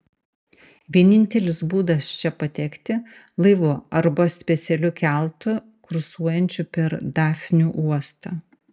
vienintelis būdas čia patekti laivu arba specialiu keltu kursuojančiu per dafnių uostą